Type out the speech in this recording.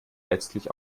letztlich